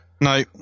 No